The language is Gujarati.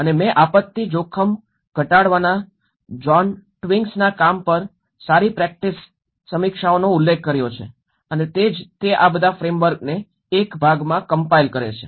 અને મેં આપત્તિ જોખમ ઘટાડવાના જ્હોન ટ્વિગ્સના કામ પર સારી પ્રેક્ટિસ સમીક્ષાઓનો ઉલ્લેખ કર્યો છે અને તે જ તે આ બધા ફ્રેમવર્કને એક ભાગમાં કમ્પાઇલ કરે છે